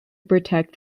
protect